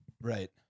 right